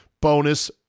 bonus